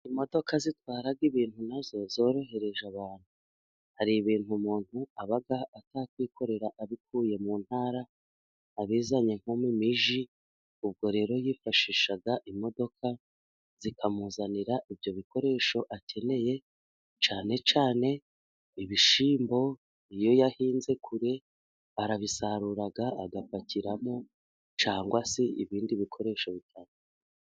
Imodoka zitwara ibintu na zo zorohereje abantu. Hari ibintu umuntu aba atakwikorera abikuye mu ntara abizanye nko mu mijyi, ubwo rero yifashisha imodoka zikamuzanira ibyo bikoresho akeneye, cyane cyane ibishyimbo, iyo yahinze kure arabisarura agapakiramo cyangwa se ibindi bikoresho...